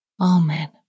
Amen